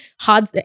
hard